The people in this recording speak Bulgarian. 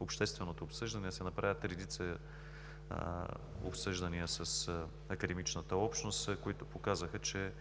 общественото обсъждане да се направят редица обсъждания с академичната общност, които показаха, че